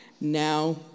now